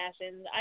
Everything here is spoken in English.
passions